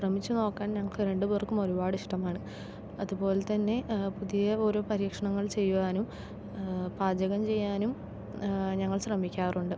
ശ്രമിച്ചു നോക്കാൻ ഞങ്ങൾക്ക് രണ്ടു പേർക്കും ഒരുപാട് ഇഷ്ടമാണ് അതുപോലെത്തന്നെ പുതിയ ഓരോ പരീക്ഷണങ്ങൾ ചെയ്യുവാനും പാചകം ചെയ്യാനും ഞങ്ങൾ ശ്രമിക്കാറുണ്ട്